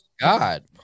God